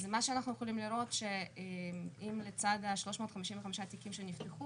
מה שאנחנו יכולים לראות הוא שאם לצד ה-355 תיקים שנפתחו